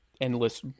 endless